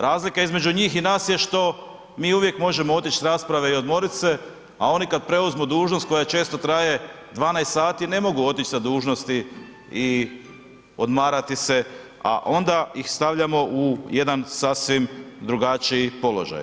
Razlika između njih i nas je što mi uvijek možemo otići s rasprave i odmoriti se, a oni kad preuzmu dužnost koja često traje 12 sati, ne mogu otići sa dužnosti i odmarati se, a onda ih stavljamo u jedan sasvim drugačiji položaj.